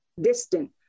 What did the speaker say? distant